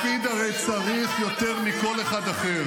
לפיד הרי צריך יותר מכל אחד אחר,